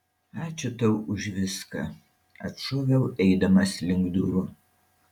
ačiū tau už viską atšoviau eidamas link durų